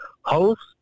host